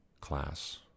class